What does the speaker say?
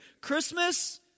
Christmas